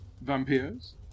Vampires